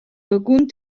begûn